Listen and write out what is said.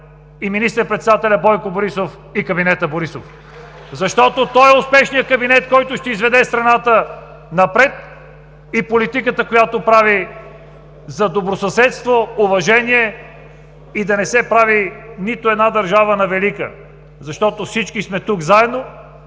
министър-председателя Бойко Борисов и кабинета „Борисов“, защото той е успешният кабинет, който ще изведе страната напред и политиката, която прави за добросъседство, уважение и да не се прави нито една държава на велика, защото всички сме тук заедно.